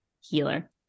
healer